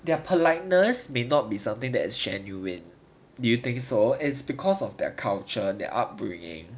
their politeness may not be something that is genuine do you think so it's because of their culture their upbringing